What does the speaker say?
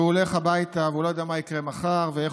והוא הולך הביתה והוא לא יודע מה יקרה מחר ואיך